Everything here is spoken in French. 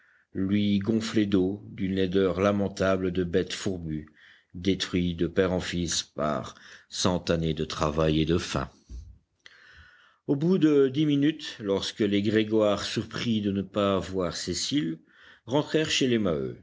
lui gonflé d'eau d'une laideur lamentable de bête fourbue détruit de père en fils par cent années de travail et de faim au bout de dix minutes lorsque les grégoire surpris de ne pas voir cécile rentrèrent chez les maheu